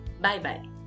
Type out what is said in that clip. Bye-bye